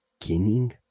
beginning